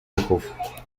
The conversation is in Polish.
ruchów